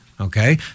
okay